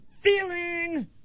Feeling